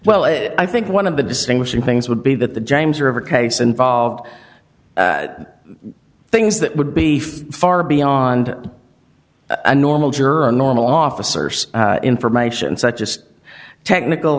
well i think one of the distinguishing things would be that the james river case involved things that would be far far beyond a normal journal officers information such as technical